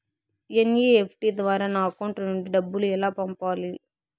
NEFT ద్వారా నా account నుండి డబ్బులు ఎలా పంపాలి